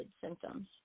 symptoms